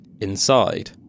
Inside